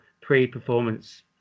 pre-performance